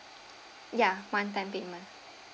ya one time payment